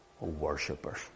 worshippers